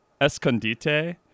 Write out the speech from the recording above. Escondite